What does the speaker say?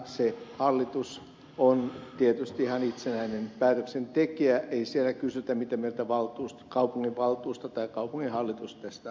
se hallitus on tietysti ihan itsenäinen päätöksentekijä ei siellä kysytä mitä mieltä kaupunginvaltuusto tai kaupunginhallitus tästä asiasta on